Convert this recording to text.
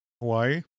Hawaii